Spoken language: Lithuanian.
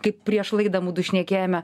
kaip prieš laidą mudu šnekėjome